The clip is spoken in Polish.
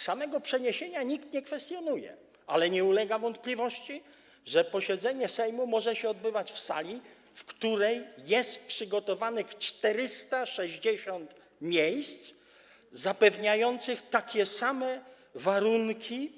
Samego przeniesienia nikt nie kwestionuje, ale nie ulega wątpliwości, że posiedzenie Sejmu może się odbywać w sali, w której jest przygotowanych 460 miejsc zapewniających posłom takie same warunki